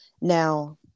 now